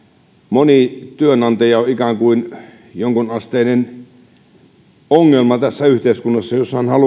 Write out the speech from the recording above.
moni työnantaja on ikään kuin jonkunasteinen ongelma tässä yhteiskunnassa jos